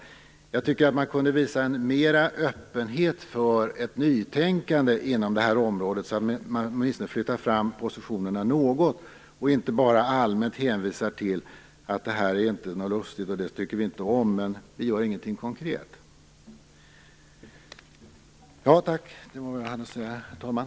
Jag tycker att man kunde visa mer av öppenhet för ett nytänkande på det här området, så att positionerna flyttas fram åtminstone något, i stället för att allmänt hänvisa till att det här inte är lustigt och att säga att det är något som man inte tycker om, men att man ändå inte gör något konkret.